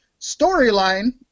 Storyline